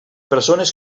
persones